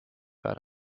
that